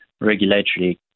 regulatory